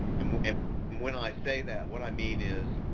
and when and when i say that, what i mean is,